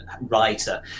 writer